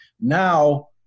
Now